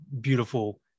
beautiful